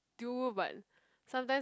do but sometimes